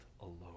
alone